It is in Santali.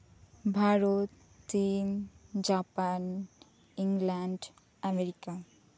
ᱵᱷᱟᱨᱚᱛ ᱪᱤᱱ ᱡᱟᱯᱟᱱ ᱤᱝᱞᱮᱱᱰ ᱟᱢᱮᱨᱤᱠᱟ